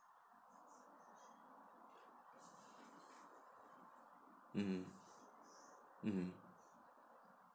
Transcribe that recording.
mmhmm mmhmm